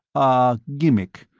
ah, gimmick,